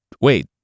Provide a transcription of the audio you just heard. Wait